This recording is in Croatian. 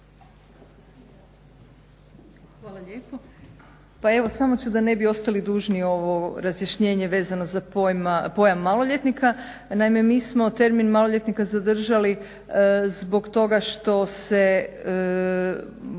Hvala lijepo. Pa evo samo ću da ne bi ostali dužni ovo razjašnjenje vezano za pojam maloljetnika. Naime, mi smo termin maloljetnika zadržali zbog toga što se